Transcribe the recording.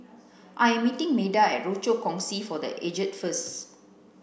I am meeting Meda at Rochor Kongsi for the Aged first